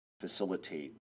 facilitate